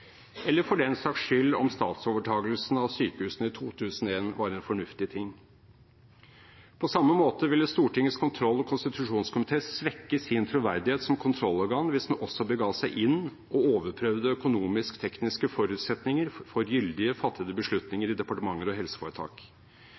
eller for den saks skyld om statsovertakelsen av sykehusene i 2001 var en fornuftig ting. På samme måte ville Stortingets kontroll- og konstitusjonskomité svekke sin troverdighet som kontrollorgan hvis den også bega seg inn på å overprøve økonomisk-tekniske forutsetninger for gyldig fattede beslutninger i departementer og helseforetak.